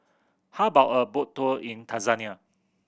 how about a boat tour in Tanzania